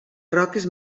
roques